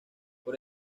por